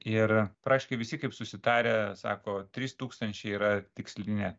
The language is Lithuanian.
ir praktiškai visi kaip susitarę sako trys tūkstančiai yra tikslinė